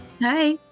Hi